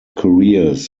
careers